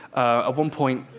ah one point,